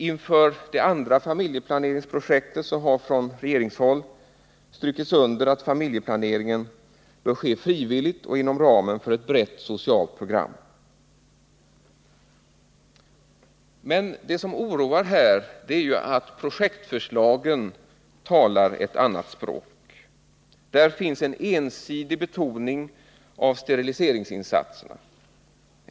Inför det andra befolkningsprojektet har från regeringshåll strukits under att familjeplaneringen bör ske frivilligt och inom ramen för ett brett socialt program. Det som oroar är att projektförslagen talar ett annat språk. Där finns en ensidig betoning av steriliseringsinsatserna.